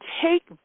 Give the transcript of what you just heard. take